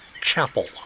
chapel